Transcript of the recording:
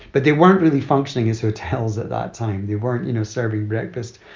but they weren't really functioning as hotels at that time. they weren't, you know, serving breakfast,